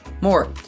more